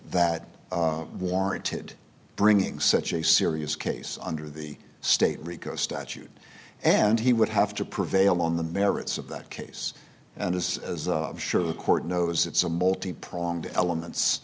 that warranted bringing such a serious case under the state rico statute and he would have to prevail on the merits of that case and as as sure the court knows it's a multi pronged elements